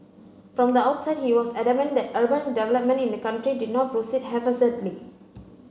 from the outset he was adamant that urban development in the country did not proceed haphazardly